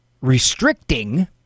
restricting